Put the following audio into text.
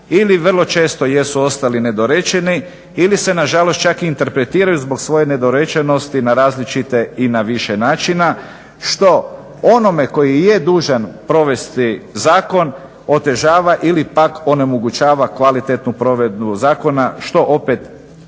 ili vrlo često jesu ostali nedorečeni ili se nažalost čak interpretiraju zbog svoje nedorečenosti na različite i na više načina što onome koji je dužan provesti zakon otežava ili pak onemogućava kvalitetnu provedbu zakona što opet nikako